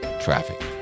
traffic